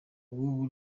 ubu